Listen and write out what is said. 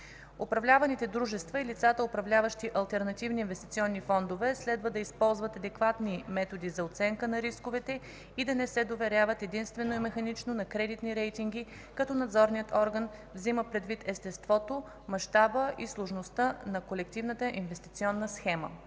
Управляващите дружества и лицата, управляващи алтернативни инвестиционни фондове следва да използват адекватни методи за оценка на рисковете и да не се доверяват единствено и механично на кредитни рейтинга като надзорният орган взима предвид естеството, мащаба и сложността на колективната инвестиционна схема.